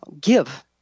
give